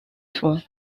swan